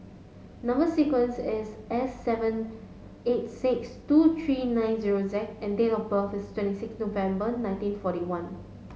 number sequence is S seven eight six two three nine zero Z and date of birth is twenty six November nineteen forty one